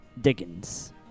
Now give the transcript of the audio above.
Dickens